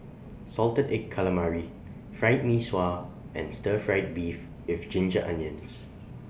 Salted Egg Calamari Fried Mee Sua and Stir Fried Beef with Ginger Onions